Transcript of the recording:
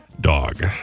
dog